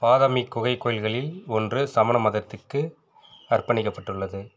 பாதமி குகை கோயில்களில் ஒன்று சமண மதத்திற்கு அர்ப்பணிக்கப்பட்டுள்ளது